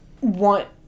want